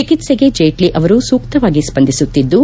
ಚಿಕಿತ್ಸೆಗೆ ಚೇಟ್ನ ಅವರು ಸೂಕ್ತವಾಗಿ ಸ್ಪಂದಿಸುತ್ತಿದ್ದು